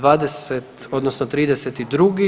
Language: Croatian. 20, odnosno 32.